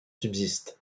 subsistent